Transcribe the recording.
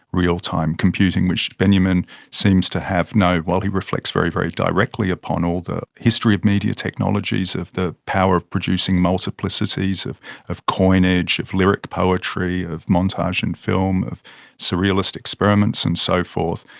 real-time computing, which benjamin seems to have no. while he reflects very, very directly upon all the history of media technologies, of the power of producing multiplicities, of of coinage, of lyric poetry, of montage and film, of surrealist experiments and so forth,